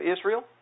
Israel